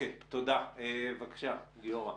תודה, בבקשה גיורא.